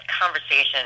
conversation